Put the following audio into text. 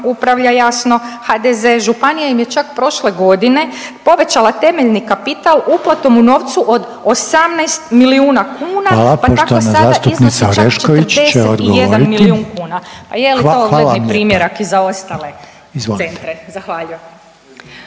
upravlja jasno HDZ. Županija im je čak prošle godine povećala temeljni kapital uplatom u novcu od 18 milijuna kuna …/Upadica Reiner: Hvala. Poštovana zastupnica Orešković će odgovoriti./… pa tako